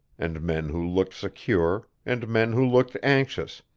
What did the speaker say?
and men who looked secure and men who looked anxious,